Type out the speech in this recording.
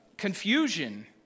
confusion